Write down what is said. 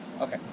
Okay